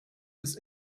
his